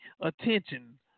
attention